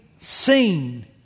seen